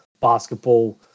basketball